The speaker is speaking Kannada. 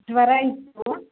ಜ್ವರ ಇತ್ತು